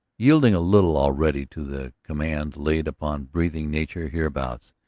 yielding a little already to the command laid upon breathing nature hereabouts,